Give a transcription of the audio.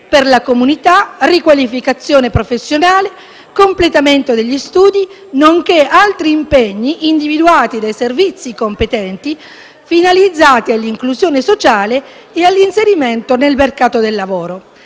per la comunità, riqualificazione professionale, completamento degli studi, nonché altri impegni individuati dai servizi competenti finalizzati all'inclusione sociale e all'inserimento nel mercato del lavoro.